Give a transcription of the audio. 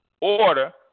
Order